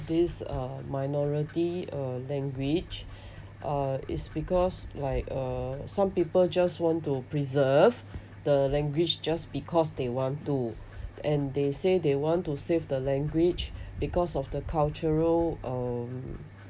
this uh minority uh language uh is because like uh some people just want to preserve the language just because they want to and they say they want to save the language because of the cultural um